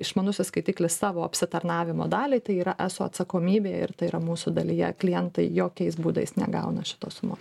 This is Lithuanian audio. išmanusis skaitiklis savo apsitarnavimo dalį tai yra eso atsakomybė ir tai yra mūsų dalyje klientai jokiais būdais negauna šitos sumos